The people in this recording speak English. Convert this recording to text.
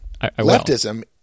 Leftism